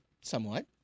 Somewhat